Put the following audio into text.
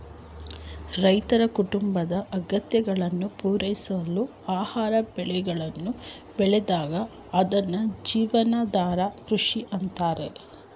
ರೈತರು ಕುಟುಂಬದ ಅಗತ್ಯಗಳನ್ನು ಪೂರೈಸಲು ಆಹಾರ ಬೆಳೆಗಳನ್ನು ಬೆಳೆದಾಗ ಅದ್ನ ಜೀವನಾಧಾರ ಕೃಷಿ ಅಂತಾರೆ